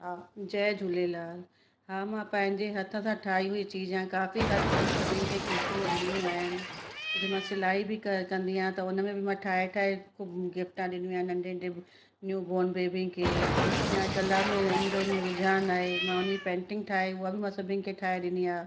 हा जय झुलेलाल हा मां पंहिंजे हथ सां ठाही हुई चीजां काफ़ी हद तक सभीनि खे गिफ्ट में ॾिनियूं अहिनि तॾहिं मां सिलाई बि क कंदी आहियां त उन में बि मां ठाहे ठाहे को गिफ्टा ॾिनियूं आहिनि नंढे न्यू बॉन बेबीन खे यां कला में यां मुंजो रुझान आहे मां उन पैंटिंग ठाहे ऊआ मां सभीन खे ठाहे ॾिनी आहे